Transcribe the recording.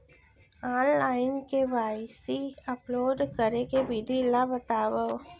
Online KYC upload करे के विधि ला बतावव?